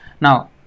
now